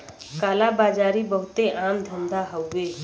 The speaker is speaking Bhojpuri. काला बाजारी बहुते आम धंधा हउवे